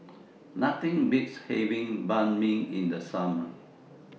Nothing Beats having Banh MI in The Summer